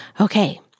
Okay